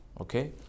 Okay